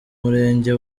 murenge